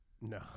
No